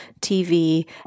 TV